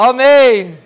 Amen